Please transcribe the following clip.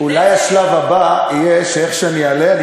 אולי השלב הבא יהיה ש-איך שאני אעלה אני